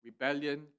rebellion